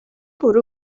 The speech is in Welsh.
bwrw